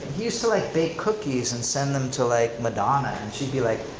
he used to like bake cookies and send them to like madonna and she'd be like,